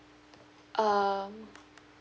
um